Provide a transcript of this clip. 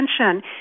attention